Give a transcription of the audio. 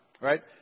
right